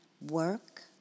work